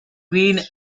queen